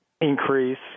increase